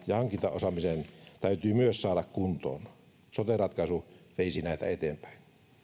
ja hankintaosaaminen täytyy myös saada kuntoon sote ratkaisu veisi näitä eteenpäin